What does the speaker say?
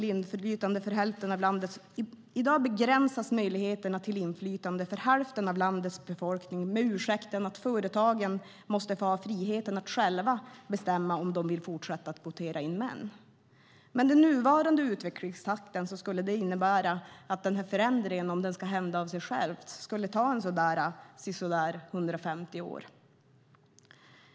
I dag begränsas möjligheterna till inflytande för hälften av landets befolkning med ursäkten att företagen måste få ha friheten att själva bestämma om de vill fortsätta att kvotera in män. Med den nuvarande utvecklingstakten skulle det innebära att denna förändring om den ska ske av sig själv skulle ta omkring 150 år.